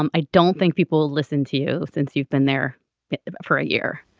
um i don't think people listen to you since you've been there for a year.